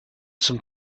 some